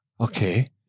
Okay